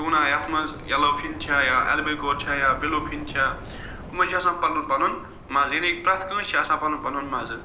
tuna یتھ مَنٛز yellow fin چھےٚ یا اٮ۪لبیکور چھےٚ یا بِلوٗ فِن چھےٚ یِمَن چھِ آسان پَنُن پَنُن مَزٕ یعنی پرٛٮ۪تھ کٲنٛسہِ چھِ آسان پَنُن پَنُن مَزٕ